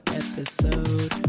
episode